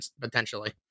potentially